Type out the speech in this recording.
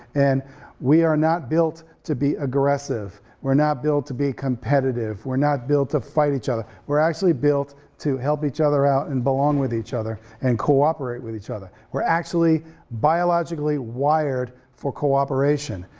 and we are not built to be aggressive. we're not built to be competitive. we're not built to fight each other. we're actually built to help each other out and belong with each other and cooperate with each other. we're actually biologically wired for cooperation.